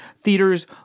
theaters